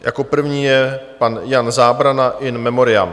Jako první je pan Jan Zábrana, in memoriam.